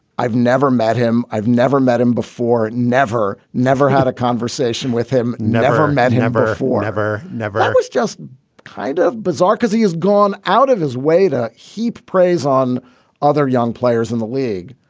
i've never met him. i've never met him before. never, never had a conversation with him. never met him. never for never, never. i was just kind of bizarre because he has gone out of his way to heap praise on other young players in the league.